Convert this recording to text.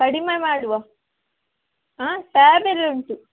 ಕಡಿಮೆ ಮಾಡುವ ಹಾಂ ಟ್ಯಾಬೆಲ್ಲಾ ಉಂಟು